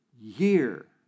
year